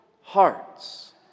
hearts